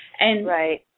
Right